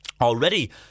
already